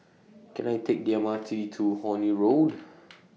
Can I Take The M R T to Horne Road